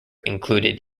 included